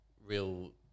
real